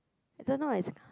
I don't know what is